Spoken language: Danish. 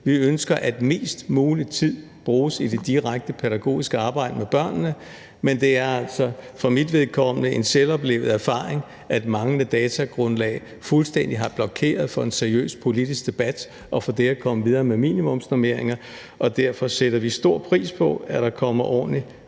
Vi ønsker, at mest mulig tid bruges i det direkte pædagogiske arbejde med børnene; men det er altså for mit vedkommende en selvoplevet erfaring, at manglende datagrundlag fuldstændig har blokeret for en seriøs politisk debat og for at komme videre med minimumsnormeringer. Derfor sætter vi stor pris på, at der kommer et ordentligt